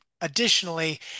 Additionally